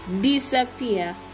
disappear